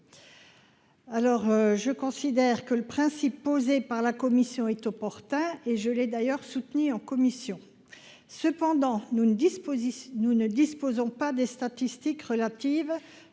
je considère que le principe posé par la commission est opportun et je l'ai d'ailleurs soutenu en commission, cependant, nous ne disposons nous ne disposons pas des statistiques relatives